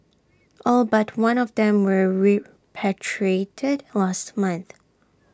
all but one of them were repatriated last month